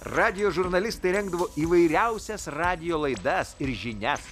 radijo žurnalistai rengdavo įvairiausias radijo laidas ir žinias